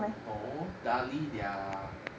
no darlie they are